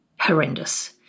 horrendous